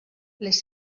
les